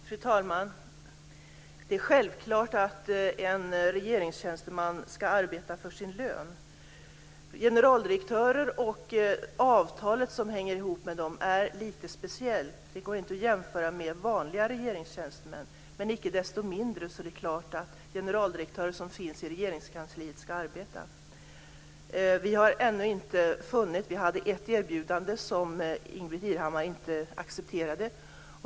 Fru talman! Det är självklart att en regeringstjänsteman ska arbeta för sin lön. Avtalet för generaldirektörer är lite speciellt. Det går inte att jämföra med vanliga regeringstjänstemän. Icke desto mindre är det klart att generaldirektörer som finns i Regeringskansliet ska arbeta. Vi hade ett erbjudande som Ingbritt Irhammar inte accepterade.